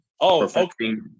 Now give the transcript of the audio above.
perfecting